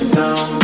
down